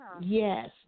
yes